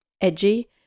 edgy